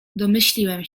domyśliłem